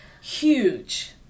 Huge